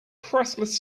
priceless